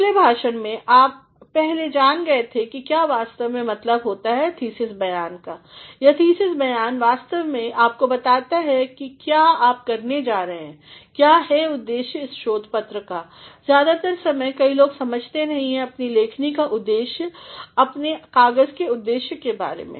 पिछले भाषण में आप पहले जान गए क्या वास्तव में मतलब है थीसिस बयान का यह थीसिस बयान वास्तव में आपको बताता है क्या आप करने जा रहे हैं क्या है उद्देश्य इस शोध पत्र का ज़्यादातर समय कई लोग समझते नहीं हैं अपनी लेखन का उद्देश्य अपने कागज़ के उद्देश्य के बारे में